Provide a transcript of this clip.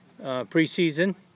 preseason